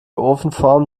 ofenform